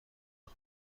کنن